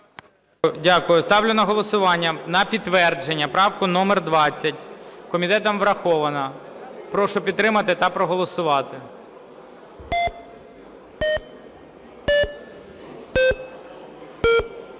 Дякую. Ставлю на голосування на підтвердження правку номер 20. Комітетом врахована. Прошу підтримати та проголосувати.